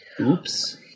Oops